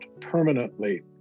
permanently